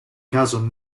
caso